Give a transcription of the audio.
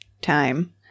time